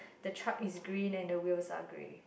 it's green and the wheels are grey